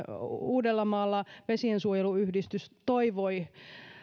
uudellamaalla vesiensuojeluyhdistys toivoi